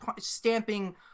stamping